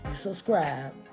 subscribe